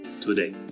today